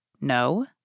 No